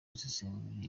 gusesengura